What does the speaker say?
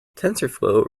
tensorflow